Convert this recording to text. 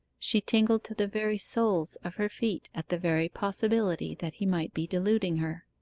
she tingled to the very soles of her feet at the very possibility that he might be deluding her.